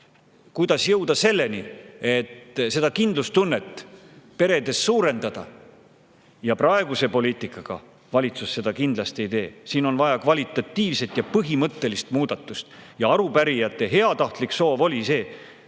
kuidas jõuda selleni, et seda kindlustunnet peredes suurendada. Praeguse poliitikaga valitsus seda kindlasti ei tee. Siin on vaja kvalitatiivset ja põhimõttelist muudatust. Arupärijate heatahtlik soov oli